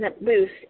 boost